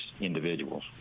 individuals